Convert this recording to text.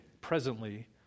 presently